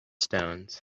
stones